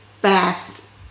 fast